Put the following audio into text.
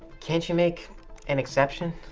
can't you make an exception?